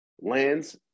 lands